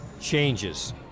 changes